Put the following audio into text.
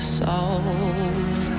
solve